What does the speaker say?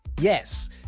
Yes